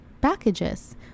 packages